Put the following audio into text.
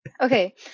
okay